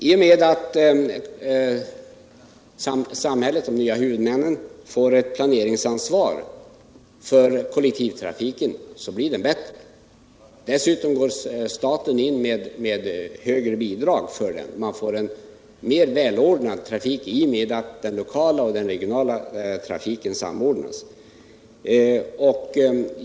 I och med att samhället, de nya huvudmännen, får planeringsansvar för kollektivtrafiken, så blir den bättre. Dessutom går staten in med högre bidrag. Man får en mer välordnad trafik i och med att den lokala och den regionala trafiken samordnas.